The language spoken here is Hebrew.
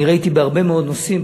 ראיתי בהרבה מאוד נושאים.